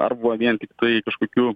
arba vien tiktai kažkokiu